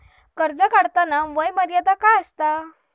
कर्ज काढताना वय मर्यादा काय आसा?